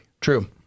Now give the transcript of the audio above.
True